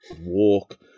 walk